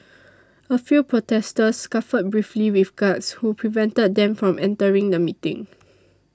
a few protesters scuffled briefly with guards who prevented them from entering the meeting